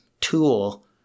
tool